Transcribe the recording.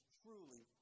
truly